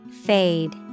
Fade